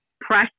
press